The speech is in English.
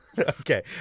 Okay